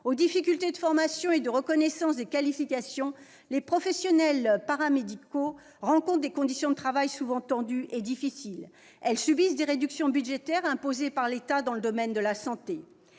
Aux difficultés de formation et de reconnaissance des qualifications que connaissent les professions paramédicales s'ajoutent des conditions de travail souvent tendues et difficiles. Ces professions subissent les réductions budgétaires imposées par l'État dans le domaine de la santé.